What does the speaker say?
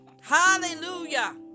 hallelujah